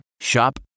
Shop